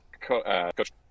Coach